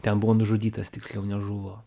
ten buvo nužudytas tiksliau nežuvo